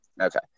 Okay